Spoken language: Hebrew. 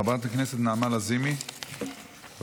חברת הכנסת נעמה לזימי, בבקשה.